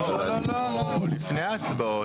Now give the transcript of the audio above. לא, לפני ההצבעות.